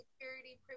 security